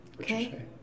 Okay